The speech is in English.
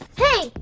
hey,